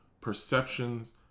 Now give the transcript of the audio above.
perceptions